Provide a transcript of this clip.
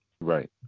Right